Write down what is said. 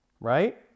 right